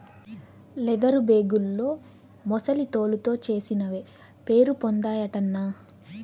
leather బేగుల్లో ముసలి తోలుతో చేసినవే పేరుపొందాయటన్నా